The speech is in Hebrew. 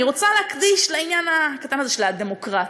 רוצה להקדיש לעניין הקטן הזה של הדמוקרטיה.